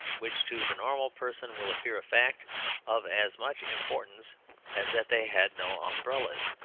which to the normal person will appear a fact of as much importance as that they had no umbrellas.